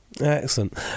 Excellent